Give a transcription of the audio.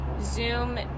Zoom